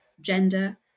Gender